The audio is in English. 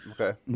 okay